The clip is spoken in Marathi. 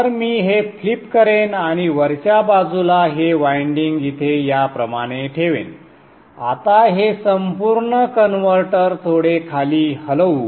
तर मी हे फ्लिप करेन आणि वरच्या बाजूला हे वायंडिंग इथे याप्रमाणे ठेवेन आता हे संपूर्ण कन्व्हर्टर थोडे खाली हलवू